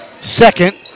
second